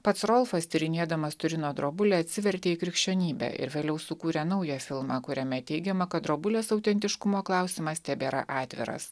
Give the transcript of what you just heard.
pats rolfas tyrinėdamas turino drobulę atsivertė į krikščionybę ir vėliau sukūrė naują filmą kuriame teigiama kad drobulės autentiškumo klausimas tebėra atviras